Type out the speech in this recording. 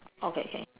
okay okay